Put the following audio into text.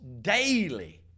daily